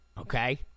okay